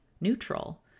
neutral